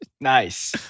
Nice